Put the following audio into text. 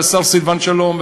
השר סילבן שלום,